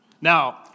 Now